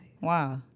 Wow